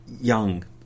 young